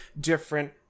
different